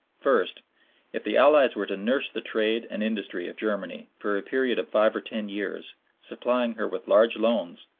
first if the allies were to nurse the trade and industry of germany for a period of five or ten years, supplying her with large loans,